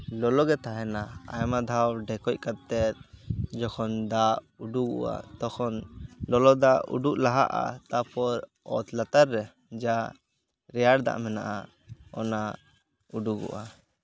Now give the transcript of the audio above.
ᱞᱚᱞᱚᱜᱮ ᱛᱟᱦᱮᱸᱱᱟ ᱟᱭᱢᱟ ᱫᱷᱟᱣ ᱰᱷᱮᱠᱚᱡ ᱠᱟᱛᱮᱫ ᱡᱚᱠᱷᱚᱱ ᱫᱟᱜ ᱩᱰᱩᱜᱚᱜᱼᱟ ᱛᱚᱠᱷᱚᱱ ᱞᱚᱞᱚᱫᱟᱜ ᱩᱰᱩᱠ ᱞᱟᱦᱟᱜᱼᱟ ᱛᱟᱨᱯᱚᱨ ᱚᱛ ᱞᱟᱛᱟᱨ ᱨᱮ ᱡᱟ ᱨᱮᱭᱟᱲ ᱫᱟᱜ ᱢᱮᱱᱟᱜᱼᱟ ᱚᱱᱟ ᱩᱰᱩᱜᱚᱜᱼᱟ